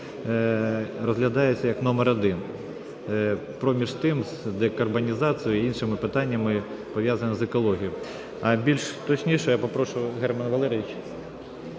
розглядається як номер один, проміж декарбонізацією і іншими питаннями, пов'язаними з екологією. Більш точніше я попрошу Германа Валерійовича,